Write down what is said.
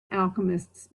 alchemists